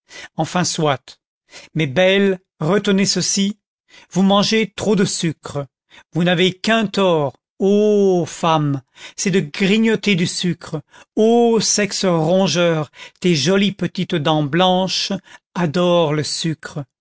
enfin soit mais belles retenez ceci vous mangez trop de sucre vous n'avez qu'un tort ô femmes c'est de grignoter du sucre ô sexe rongeur tes jolies petites dents blanches adorent le sucre